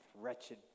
wretched